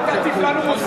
אל תטיף לנו מוסר.